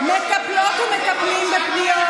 אנחנו מטפלות ומטפלים בפניות.